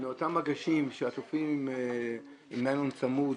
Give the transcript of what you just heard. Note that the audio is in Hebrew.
מאותם מגשים שעטופים עם ניילון צמוד,